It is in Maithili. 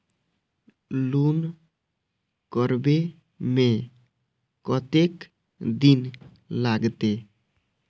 लोन करबे में कतेक दिन लागते?